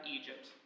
Egypt